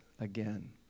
again